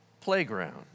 playground